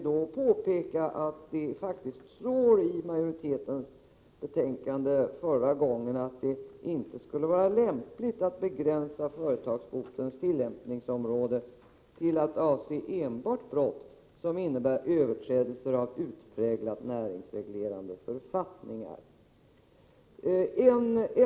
Det står faktiskt i majoritetens utlåtande i betänkandet från den förra behandlingen att det inte skulle vara lämpligt att begränsa företagsbotens tillämpningsområde till att enbart avse brott som innebär överträdelser av utpräglat näringsreglerande författningar.